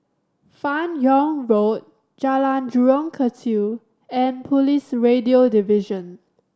Fan Yoong Road Jalan Jurong Kechil and Police Radio Division